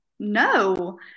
no